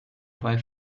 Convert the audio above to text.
vai